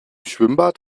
schwimmbad